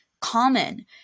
common